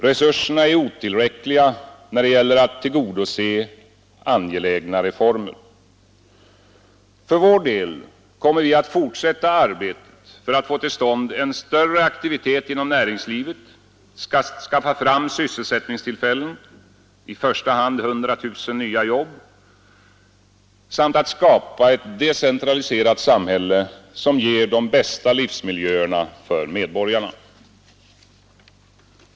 Resurserna är otillräckliga när det gäller att tillgodose ange För vår del kommer vi att fortsätta arbetet för att få till stånd en större aktivitet inom näringslivet, att skaffa fram sysselsättningstillfällen i första hand 100 000 nya jobb — samt att skapa ett decentraliserat = Nr 108 samhälle s ger de bästa livsmiljöerna för me rgarna. samhälle som ger de bästa livsmiljöerna för medborgarna Måndagen den Ac AG äå K 4 juni 1973